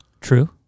True